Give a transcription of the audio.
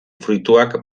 fruituak